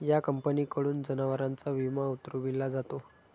या कंपनीकडून जनावरांचा विमा उतरविला जातो